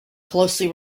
closely